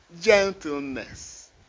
gentleness